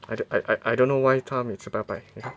I I I don't know why 他每次拜拜你看